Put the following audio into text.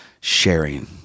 sharing